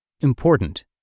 Important